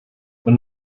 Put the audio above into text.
when